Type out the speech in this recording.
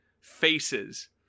faces